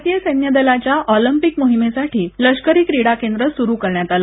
भारतीय सैन्याच्या ऑलिंपिंक मोहिमे साठी लश्करि क्रीड़ा केंद्र सुरू करण्यात् आल